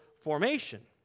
formation